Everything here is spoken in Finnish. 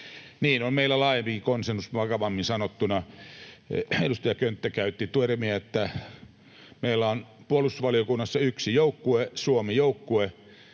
on meillä laajempikin konsensus vakavammin sanottuna. Edustaja Könttä käytti termiä, että meillä on puolustusvaliokunnassa yksi joukkue, ”Suomi-joukkue”,